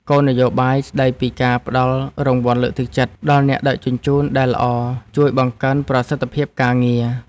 គោលនយោបាយស្ដីពីការផ្ដល់រង្វាន់លើកទឹកចិត្តដល់អ្នកដឹកជញ្ជូនដែលល្អជួយបង្កើនប្រសិទ្ធភាពការងារ។